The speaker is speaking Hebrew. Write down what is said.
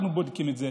אנחנו בודקים את זה.